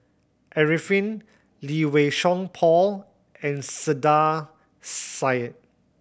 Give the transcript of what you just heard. Arifin Lee Wei Song Paul and Saiedah Said